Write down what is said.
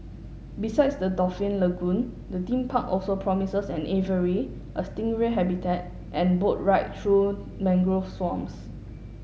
besides the dolphin lagoon the theme park also promises an aviary a stingray habitat and boat ride through mangrove swamps